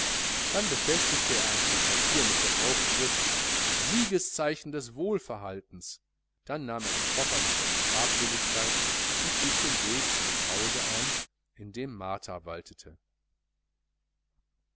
daran befestigte er ein stück papier mit der aufschrift siegeszeichen des wohlverhaltens dann nahm er den koffer mit seinen habseligkeiten und schlug den weg zu dem hause ein in dem martha waltete